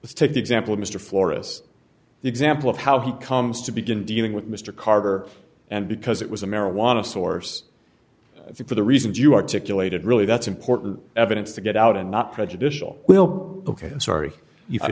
let's take the example of mr florus the example of how he comes to begin dealing with mr carter and because it was a marijuana source for the reasons you articulated really that's important evidence to get out and not prejudicial will ok sorry